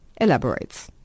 elaborates